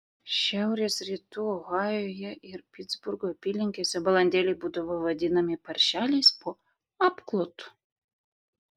šiaurės rytų ohajuje ir pitsburgo apylinkėse balandėliai būdavo vadinami paršeliais po apklotu